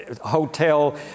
hotel